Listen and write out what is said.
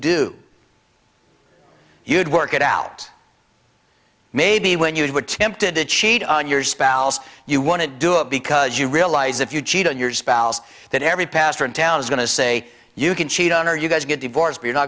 would you do you'd work it out maybe when you were tempted to cheat on your spouse you wouldn't do it because you realize if you cheat on your spouse that every pastor in town is going to say you can cheat on her you got to get divorced you're not